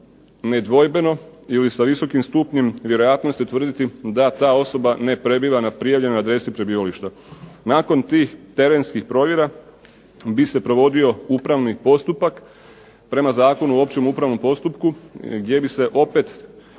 nedvojbeno ili sa visokim stupnjem vjerojatnosti utvrditi da ta osoba ne prebiva na prijavljenoj adresi prebivališta. Nakon tih terenskih provjera bi se provodio upravni postupak prema Zakonu o općem upravnom postupku, gdje bi se opet